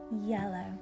yellow